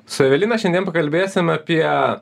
su evelina šiandien pakalbėsim apie